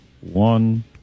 one